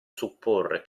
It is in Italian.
supporre